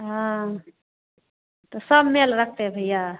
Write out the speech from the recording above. हाँ तो सब मेल रखते भैया